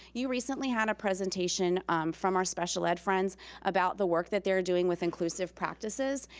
you recently had a presentation from our special ed friends about the work that they're doing with inclusive practices.